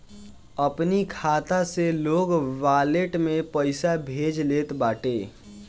अपनी खाता से लोग वालेट में पईसा भेज लेत बाटे